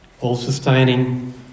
all-sustaining